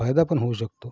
फायदा पण होऊ शकतो